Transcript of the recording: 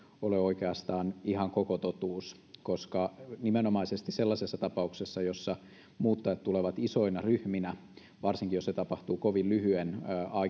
oikeastaan ole ihan koko totuus koska nimenomaisesti sellaisessa tapauksessa jossa muuttajat tulevat isoina ryhminä varsinkin jos se tapahtuu kovin lyhyen